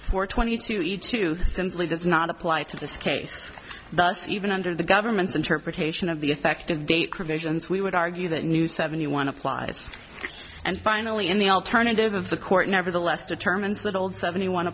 four twenty two e two simply does not apply to this case thus even under the government's interpretation of the effective date provisions we would argue that new seventy one applies and finally in the alternative of the court nevertheless determines that old seventy one